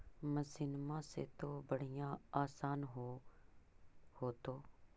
मसिनमा से तो बढ़िया आसन हो होतो?